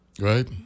Right